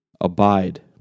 Abide